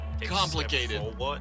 Complicated